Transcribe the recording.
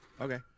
Okay